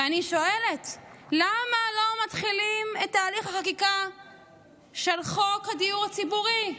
ואני שואלת: למה לא מתחילים את תהליך החקיקה של חוק הדיור הציבורי?